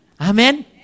Amen